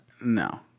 no